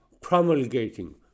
promulgating